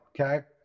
okay